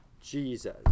Jesus